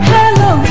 Hello